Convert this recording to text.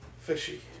Fishy